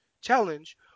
Challenge